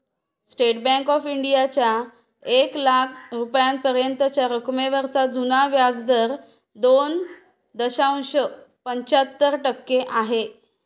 state Bank of इंडियाचा एक लाख रुपयांपर्यंतच्या रकमेवरचा जुना व्याजदर दोन दशांश पंच्याहत्तर टक्के आहे